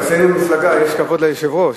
אצלנו במפלגה יש כבוד ליושב-ראש,